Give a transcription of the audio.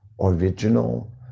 original